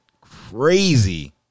crazy